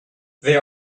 they